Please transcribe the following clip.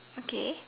okay